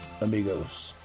amigos